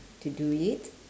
to do it